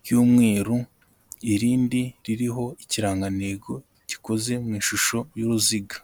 ry'umweru, irindi ririho ikirangantego gikoze mu ishusho y'uruziga.